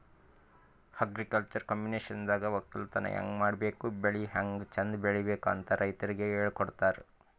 agriculture ಕಮ್ಯುನಿಕೇಷನ್ದಾಗ ವಕ್ಕಲತನ್ ಹೆಂಗ್ ಮಾಡ್ಬೇಕ್ ಬೆಳಿ ಹ್ಯಾಂಗ್ ಚಂದ್ ಬೆಳಿಬೇಕ್ ಅಂತ್ ರೈತರಿಗ್ ಹೇಳ್ಕೊಡ್ತಾರ್